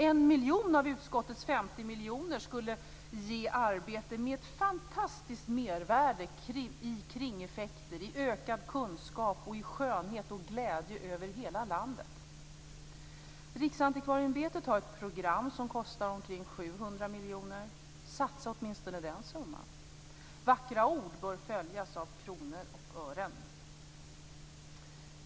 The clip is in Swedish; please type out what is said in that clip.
1 miljon av utskottets 50 miljoner skulle ge arbete med att fantastiskt mervärde i kringeffekter, ökad kunskap, skönhet och glädje över hela landet. Riksantikvarieämbetet har ett program som kostar omkring 700 miljoner. Satsa åtminstone den summan. Vackra ord bör följas av kronor och ören.